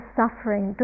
suffering